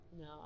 No